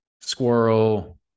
squirrel